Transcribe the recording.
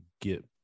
get